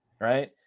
right